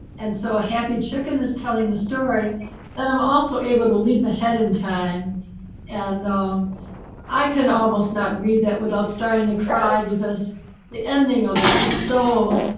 and so a happy chicken is telling the story that i'm also able to leap ahead in time and i can almost not read that without starting to cry because the ending of it is so,